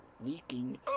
leaking